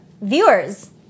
viewers